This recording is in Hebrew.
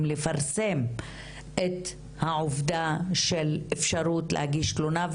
לפרסם את העובדה של אפשרות להגיש תלונה,